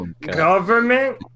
government